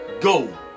Go